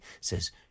says